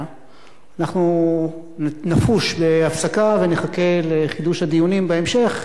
אנחנו נפוש בהפסקה ונחכה לחידוש הדיונים בהמשך.